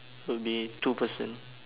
would be two person